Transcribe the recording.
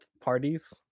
parties